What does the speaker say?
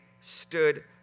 stood